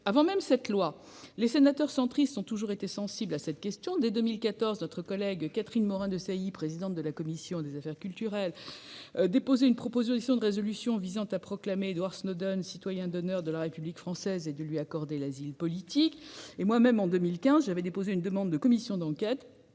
Avant même cette loi, les sénateurs centristes ont toujours été sensibles à cette question. Dès 2014, notre collègue Catherine Morin-Desailly, alors présidente de la commission de la culture, avait déposé une proposition de résolution visant à proclamer Edward Snowden citoyen d'honneur de la République française et à lui accorder l'asile politique. Moi-même, en 2015, j'avais proposé la création d'une commission d'enquête